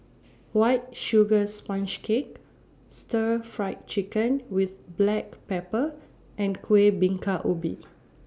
White Sugar Sponge Cake Stir Fry Chicken with Black Pepper and Kuih Bingka Ubi